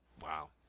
Wow